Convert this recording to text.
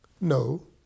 No